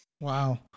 Wow